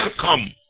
come